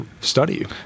Study